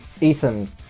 Ethan